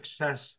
success